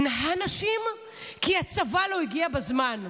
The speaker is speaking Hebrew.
כי הצבא לא הגיע בזמן.